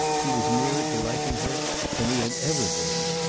he was nearer to liking her than he had ever been.